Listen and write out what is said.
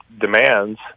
demands